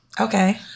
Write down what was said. Okay